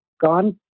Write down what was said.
gone